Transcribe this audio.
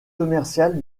commercial